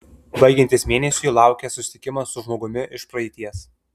baigiantis mėnesiui laukia susitikimas su žmogumi iš praeities